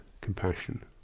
compassion